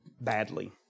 Badly